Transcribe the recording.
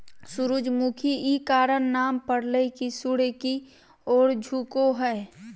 सूरजमुखी इ कारण नाम परले की सूर्य की ओर झुको हइ